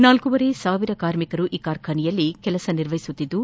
ನಾಲೂವರೆ ಸಾವಿರ ಕಾರ್ಮಿಕರು ಈ ಕಾರ್ಖಾನೆಯಲ್ಲಿ ಕಾರ್ಯ ನಿರ್ವಹಿಸುತ್ತಿದ್ದು